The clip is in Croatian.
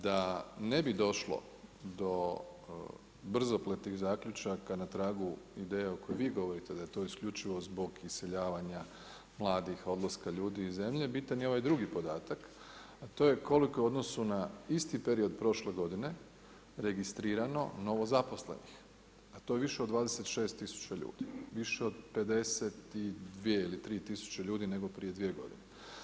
Da ne bi došlo do brzopletih zaključaka na tragu ideje o kojoj vi govorite da je to isključivo zbog iseljavanja mladih, odlaska ljudi iz zemlje bitan je ovaj drugi podatak, a to je koliko u odnosu na isti period prošle godine registrirano novozaposlenih, a to je više od 26 tisuća ljudi, više od 52 ili tri tisuće ljudi nego prije dvije godine.